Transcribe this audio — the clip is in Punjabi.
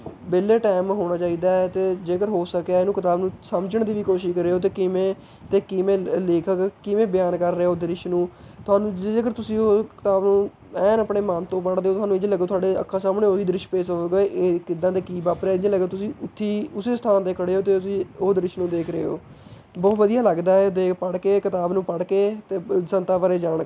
ਵਿਹਲੇ ਟਾਈਮ ਹੋਣਾ ਚਾਹੀਦਾ ਹੈ ਅਤੇ ਜੇਕਰ ਹੋ ਸਕਿਆ ਇਹਨੂੰ ਕਿਤਾਬ ਨੂੰ ਸਮਝਣ ਦੀ ਵੀ ਕੋਸ਼ਿਸ਼ ਕਰਿਓ ਅਤੇ ਕਿਵੇਂ ਅਤੇ ਕਿਵੇਂ ਲੇਖਕ ਕਿਵੇਂ ਬਿਆਨ ਕਰ ਰਿਹਾ ਉਹ ਦ੍ਰਿਸ਼ ਨੂੰ ਤੁਹਾਨੂੰ ਜੇਕਰ ਤੁਸੀਂ ਉਹ ਕਿਤਾਬ ਐਨ ਆਪਣੇ ਮਨ ਤੋਂ ਪੜ੍ਹਦੇ ਹੋ ਤੁਹਾਨੂੰ ਇੰਝ ਲੱਗੂ ਤੁਹਾਡੇ ਅੱਖਾਂ ਸਾਹਮਣੇ ਉਹ ਹੀ ਦ੍ਰਿਸ਼ ਪੇਸ਼ ਹੋਊਂਗਾ ਇਹ ਕਿੱਦਾਂ ਅਤੇ ਕੀ ਵਾਪਰਿਆ ਇੰਝ ਲੱਗਾ ਤੁਸੀਂ ਉੱਥੇ ਉਸੇ ਸਥਾਨ 'ਤੇ ਖੜ੍ਹੇ ਹੋ ਅਤੇ ਤੁਸੀਂ ਉਹ ਦ੍ਰਿਸ਼ ਨੂੰ ਦੇਖ ਰਹੇ ਹੋ ਬਹੁਤ ਵਧੀਆ ਲੱਗਦਾ ਹੈ ਦੇਖ ਪੜ੍ਹ ਕੇ ਕਿਤਾਬ ਨੂੰ ਪੜ੍ਹ ਕੇ ਅਤੇ ਸੰਤਾਂ ਬਾਰੇ ਜਾਣ